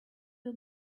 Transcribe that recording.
you